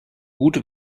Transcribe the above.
gute